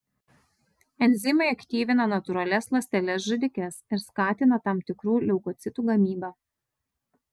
enzimai aktyvina natūralias ląsteles žudikes ir skatina tam tikrų leukocitų gamybą